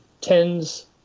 tens